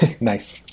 nice